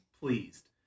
pleased